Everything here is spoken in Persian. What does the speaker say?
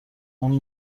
اون